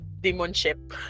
demonship